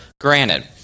granted